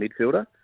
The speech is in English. midfielder